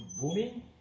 booming